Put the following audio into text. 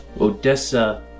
Odessa